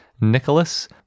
Nicholas